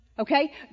Okay